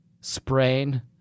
sprain